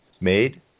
made